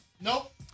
Nope